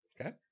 okay